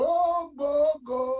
Bobogo